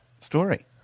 story